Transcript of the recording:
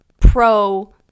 pro